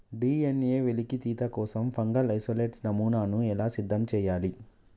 DNA వెలికితీత కోసం fungal isolate నమూనాను ఎలా సిద్ధం చెయ్యాలి?